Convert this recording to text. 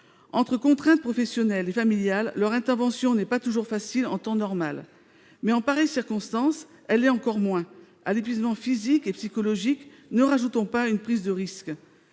Entre les contraintes professionnelles et familiales, leur intervention n'est pas toujours facile en temps normal. En pareilles circonstances, elle l'est encore moins. À l'épuisement physique et psychologique, n'ajoutons pas une prise de risques